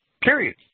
Period